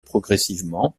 progressivement